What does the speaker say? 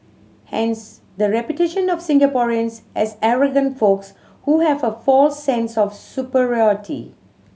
hence the reputation of Singaporeans as arrogant folks who have a false sense of superiority